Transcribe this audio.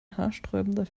haarsträubender